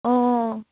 অঁ